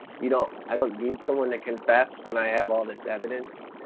you don't and i don't need someone to confess when i have all this evidence,